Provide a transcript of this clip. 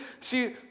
see